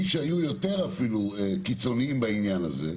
מי שהיו אפילו יותר קיצוניים בעניין הזה,